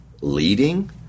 leading